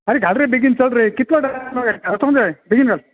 आरे घाल रे बेगीन चल रे कितलो टायम घेतलो रे म्हाका वचूंक जाय बेगीन घाल